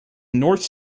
north